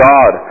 God